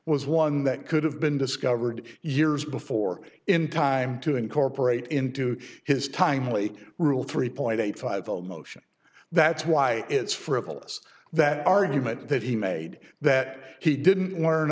was one that could have been discovered years before in time to incorporate into his timely rule three point eight five all motion that's why it's frivolous that argument that he made that he didn't learn